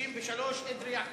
רשויות מקומיות.